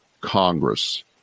Congress